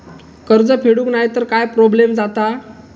कर्ज फेडूक नाय तर काय प्रोब्लेम जाता?